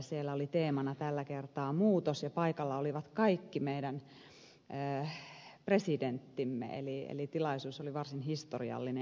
siellä oli teemana tällä kertaa muutos ja paikalla olivat kaikki meidän presidenttimme eli tilaisuus oli varsin historiallinen